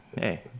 hey